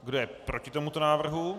Kdo je proti tomuto návrhu?